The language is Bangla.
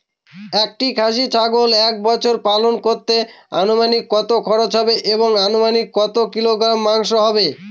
একটি খাসি ছাগল এক বছর পালন করতে অনুমানিক কত খরচ হবে এবং অনুমানিক কত কিলোগ্রাম মাংস হবে?